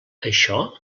això